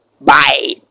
Bye